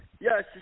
Yes